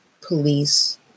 police